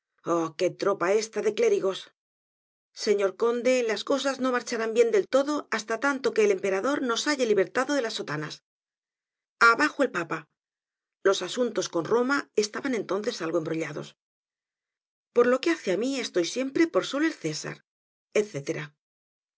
qué tropa esta de los cléri gos señor conde las cosas no marcharán bien del todo hasta tanto que el emperador nos haya libertado de las sotanas abajo el papa los asuntos con roma estaban entonces algo embrollados por lo que hace á mí estoy siempre por solo el césar